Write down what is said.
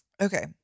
Okay